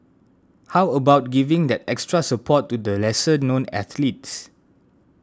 how about giving that extra support to the lesser known athletes